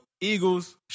Eagles